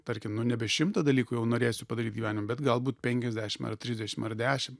tarkim nu nebe šimtą dalykų jau norėsiu padaryt gyvenime bet galbūt penkiasdešim ar trisdešim ar dešim